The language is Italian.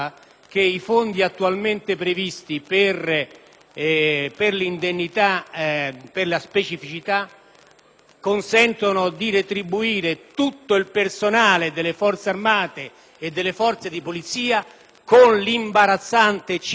per l'indennità per la specificità consentono di retribuire tutto il personale delle Forze armate e di polizia con l'imbarazzante cifra di tre euro al mese.